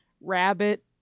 rabbit